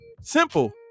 simple